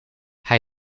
hij